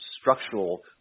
structural